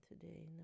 today